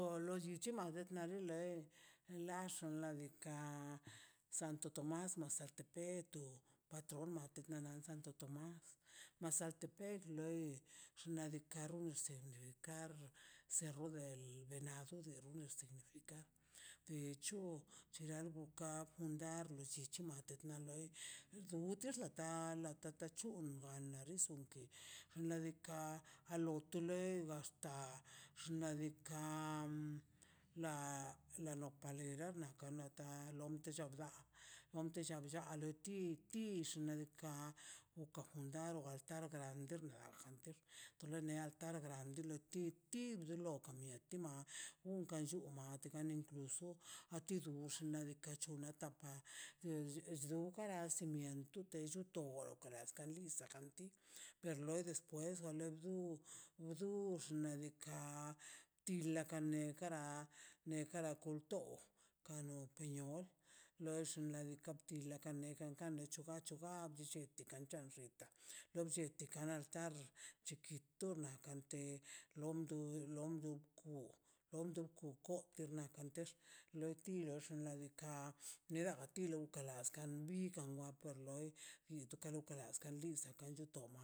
Por lolli madet na lei laxa lanika santo tomas mazaltepec to patron te santo tomas mazaltepec xnaꞌ diikaꞌ runse de kar cerro del venado de hecho dutex latado la tatachu banda rriso xnaꞌ diikaꞌ awa tu le xnaꞌ diikaꞌ la nopalegadna naꞌ ka to to mblla na omte lla lla de ti tix xnaꞌ diikaꞌ uka fundaron baltar grande bastanter to le ne altar tilo ti mloka mieti ma unkan llu mategan nento sllo dii lux xnaꞌ diikaꞌ cha zo kara cimiento te lluto weskan lis chekan ti per no despues wane du o dux xnaꞌ diikaꞌ tine ka lena kara ne kara kulto kano peñon nax xnaꞌ diikaꞌ tin la kaneka kane chubacho ba blleti na chan xita ba bllete kara artar kitona kante lom du lom du ko lom du ku kot na kantex lo tiro xnaꞌ diikaꞌ neba a tiloi kalaskan bikan wape loi tu karaska biska kan cho toma.